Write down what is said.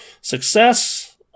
success